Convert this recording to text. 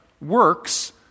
works